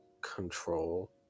control